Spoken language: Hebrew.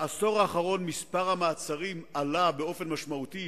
בעשור האחרון גדל מספר המעצרים באופן משמעותי,